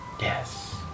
Yes